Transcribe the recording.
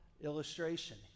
Illustration